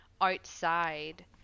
outside